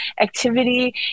activity